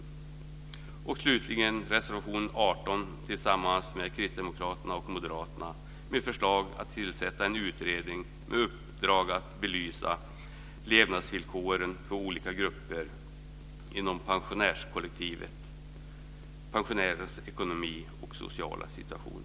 Slutligen föreslår vi i reservation 18 tillsammans med Kristdemokraterna och Moderaterna att en utredning tillsätts med uppdrag att belysa levnadsvillkoren för olika grupper inom pensionärskollektivet, pensionärers ekonomi och sociala situation.